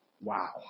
Wow